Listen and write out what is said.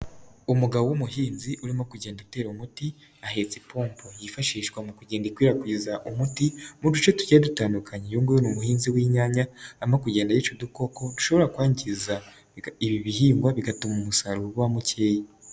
Ulmugabo w'umuhinzi urimo kugenda atera umuti ahetse ipompo yifashishwa mu kugenda ikwirakwiza umuti mu duce tugiye dutandukanye, iyu nguyu ni umuhinzi w'inyanya arimo kugenda yica udukoko dushobora kwangiza ibi bihingwa bigatuma umusaruro uba mukeya.